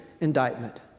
indictment